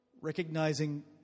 recognizing